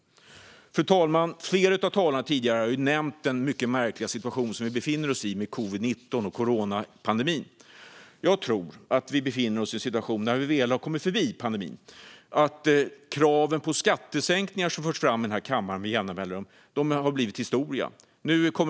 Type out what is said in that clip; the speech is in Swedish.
Fru talman! Flera tidigare talare har nämnt den mycket märkliga situation vi befinner oss i med covid-19 och coronapandemin. Jag tror att vi när vi väl kommit förbi pandemin kommer att befinna oss i en situation där kraven på skattesänkningar som förts fram här i kammaren med jämna mellanrum har blivit historia.